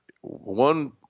one